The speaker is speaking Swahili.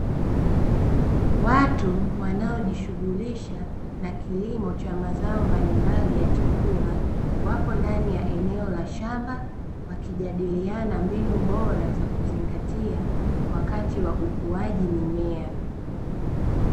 Watu wanaojishughulisha na kilimo cha mazao mbalimbali ya chakula, wapo ndani ya eneo la shamba wakijadiliana mbinu bora za kuzingatia wakati wa ukuaji mimea.